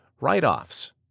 Write-offs